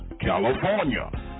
California